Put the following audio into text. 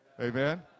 Amen